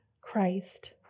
Christ